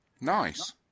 Nice